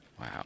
Wow